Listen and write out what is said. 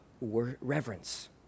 reverence